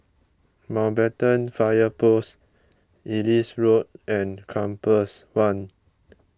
Mountbatten Fire Post Ellis Road and Compass one